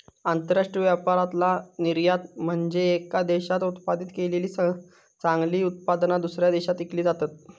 आंतरराष्ट्रीय व्यापारातला निर्यात म्हनजे येका देशात उत्पादित केलेली चांगली उत्पादना, दुसऱ्या देशात विकली जातत